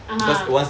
(uh huh)